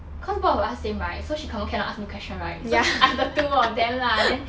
cause both of us same right so she confirm cannot ask me question right so she ask the two of them lah then